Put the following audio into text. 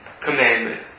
commandment